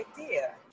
idea